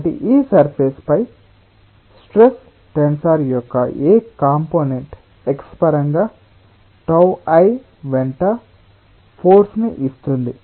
కాబట్టి ఈ సర్ఫేస్ పై స్ట్రెస్ టెన్సర్ యొక్క ఏ కంపోనెంట్ x పరంగా τi వెంట ఫోర్స్ ని ఇస్తుంది